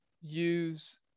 use